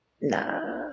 No